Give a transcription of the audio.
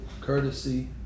courtesy